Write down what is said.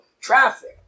traffic